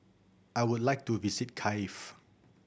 I would like to visit Kiev